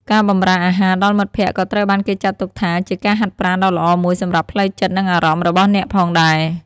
ការបម្រើអាហារដល់មិត្តភក្តិក៏ត្រូវបានគេចាត់ទុកថាជាការហាត់ប្រាណដ៏ល្អមួយសម្រាប់ផ្លូវចិត្តនិងអារម្មណ៍របស់អ្នកផងដែរ។